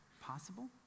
possible